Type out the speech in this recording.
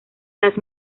las